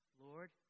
Lord